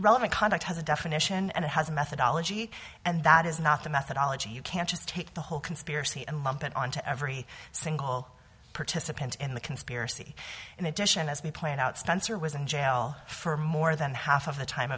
relevant conduct has a definition and it has a methodology and that is not the methodology you can't just take the whole conspiracy and lump it on to every single participant in the conspiracy in addition as we pointed out spencer was in jail for more than half of the time